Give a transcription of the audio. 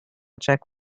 check